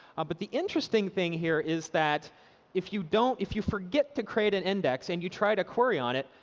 but the interesting thing here is that if you don't if you forget to create an index and you try to query on it,